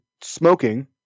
smoking